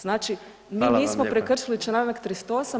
Znači mi nismo prekršili čl [[Upadica: Hvala vam lijepa.]] 38.